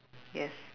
yes